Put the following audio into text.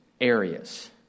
areas